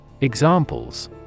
Examples